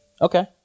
Okay